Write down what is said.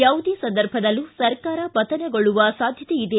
ಯಾವುದೇ ಸಂದರ್ಭದಲ್ಲೂ ಸರ್ಕಾರ ಪತನಗೊಳ್ಳುವ ಸಾಧ್ವತೆ ಇದೆ